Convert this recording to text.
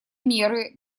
меры